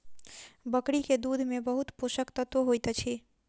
बकरी के दूध में बहुत पोषक तत्व होइत अछि